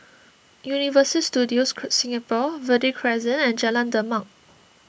Universal Studios Singapore Verde Crescent and Jalan Demak